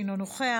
אינו נוכח,